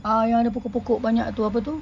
uh yang ada pokok-pokok banyak tu apa tu